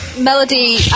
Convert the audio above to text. Melody